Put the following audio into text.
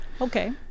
Okay